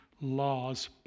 laws